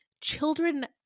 Children